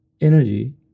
energy